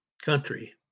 country